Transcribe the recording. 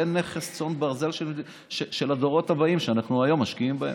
זה נכס צאן ברזל להדורות הבאים שאנחנו היום משקיעים בו,